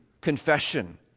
confession